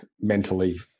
mentally